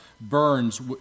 burns